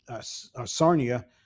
sarnia